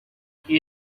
que